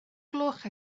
gloch